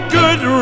good